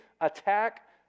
attack